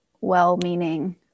well-meaning